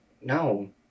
no